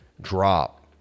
drop